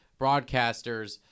broadcasters